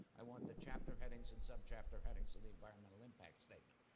i want the chapter headings and sub chapter headings of the environmental impact statement.